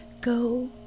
Go